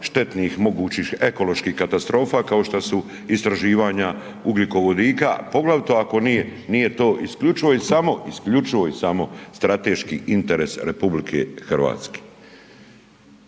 štetnih mogućih ekoloških katastrofa kao što su istraživanja ugljikovodika poglavito ako nije to isključivo i samo isključivo i samo strateški interes Republike Hrvatske.